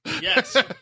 Yes